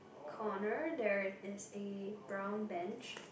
corner there is a brown bench